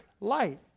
light